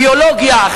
ביולוגיה,